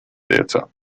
theatre